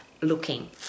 looking